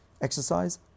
Exercise